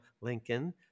Lincoln